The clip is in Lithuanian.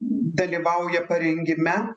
dalyvauja parengime